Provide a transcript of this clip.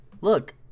Look